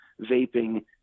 vaping